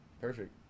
Perfect